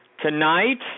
Tonight